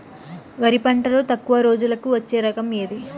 వరి పంటలో తక్కువ రోజులకి వచ్చే రకం ఏది?